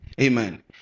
Amen